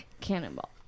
cannonball